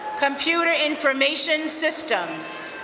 computer information systems.